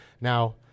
Now